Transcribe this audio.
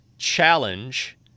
challenge